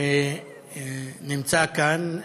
שנמצא כאן,